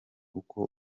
uko